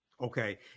Okay